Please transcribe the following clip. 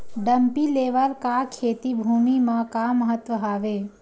Dumpy level का खेती भुमि म का महत्व हावे?